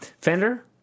Fender